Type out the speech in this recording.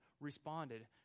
responded